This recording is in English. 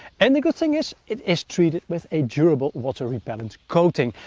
and the good thing is, it is treated with a durable water-repellent coating.